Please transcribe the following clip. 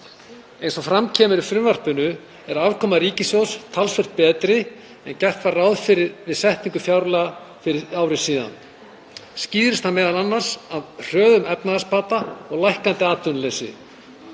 Eins og fram kemur í frumvarpinu er afkoma ríkissjóðs talsvert betri en gert var ráð fyrir við setningu fjárlaga fyrir ári. Skýrist það m.a. af hröðum efnahagsbata og lækkandi atvinnuleysi.